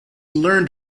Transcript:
learned